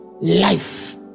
life